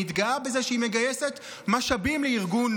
מתגאה בזה שהיא מגייסת משאבים לארגון